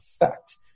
effect